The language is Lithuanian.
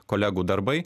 kolegų darbai